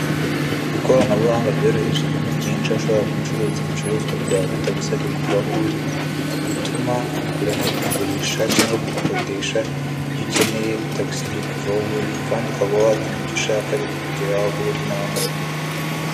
Ikoranabuhanga cyoroheje ibintu byinshi, aho ushobora gucuruza ibintu byawe bitagusabye kuva aho uri, gutuma kugura no kugurisha, cyangwa gukoresha ibyo ukeneye bitagusabye kuva aho uri, kandi ukaba watuma ibyo ushaka bikakugeraho aho uri nta nkomyi.